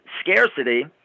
scarcity